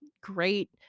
great